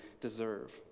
deserve